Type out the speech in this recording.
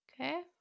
okay